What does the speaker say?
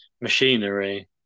machinery